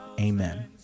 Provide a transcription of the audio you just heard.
Amen